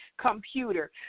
computer